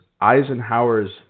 Eisenhower's